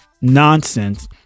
nonsense